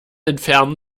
entfernen